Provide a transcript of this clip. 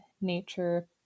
nature